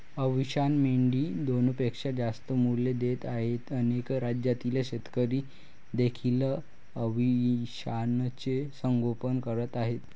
अविशान मेंढी दोनपेक्षा जास्त मुले देत आहे अनेक राज्यातील शेतकरी देखील अविशानचे संगोपन करत आहेत